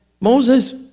Moses